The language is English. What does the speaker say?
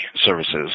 services